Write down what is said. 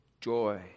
joy